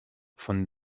von